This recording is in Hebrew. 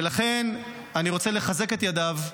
ולכן, אני רוצה לחזק את ידיו,